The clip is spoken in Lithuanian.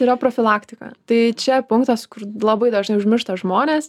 yra profilaktika tai čia punktas kur labai dažnai užmiršta žmonės